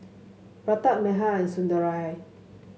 Pratap Medha and Sundaraiah